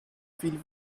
viel